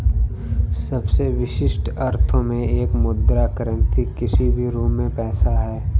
सबसे विशिष्ट अर्थों में एक मुद्रा करेंसी किसी भी रूप में पैसा है